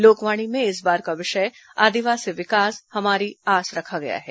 लोकवाणी में इस बार का विषय आदिवासी विकास हमारी आस रखा गया है